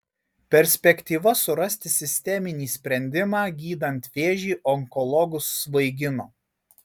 perspektyva surasti sisteminį sprendimą gydant vėžį onkologus svaigino